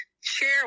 share